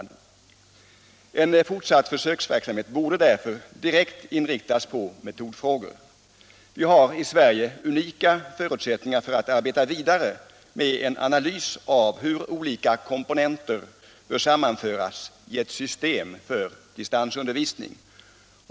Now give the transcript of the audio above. En fortsatt försöksverksamhet borde direkt inriktas på metodfrågor. Vi har i Sverige unika förutsättningar för att arbeta vidare med en analys av hur olika komponenter bör sammanföras i ett system för distansundervisning.